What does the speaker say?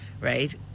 right